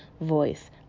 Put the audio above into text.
voice